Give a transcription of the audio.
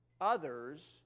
others